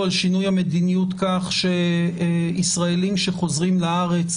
על שינוי המדיניות כך שישראלים שחוזרים לארץ,